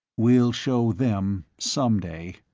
we'll show them someday!